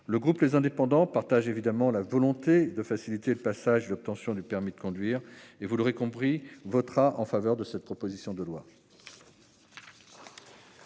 et Territoires partage évidemment la volonté de faciliter le passage et l'obtention du permis de conduire et votera, vous l'aurez compris, en faveur de cette proposition de loi.